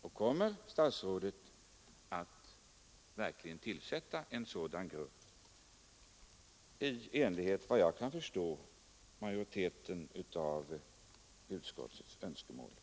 Och kommer statsrådet att tillsätta en sådan grupp i enlighet med vad jag kan förstå att majoriteten av utskottets ledamöter önskar?